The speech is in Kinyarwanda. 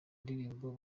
ndirimbo